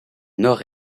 nord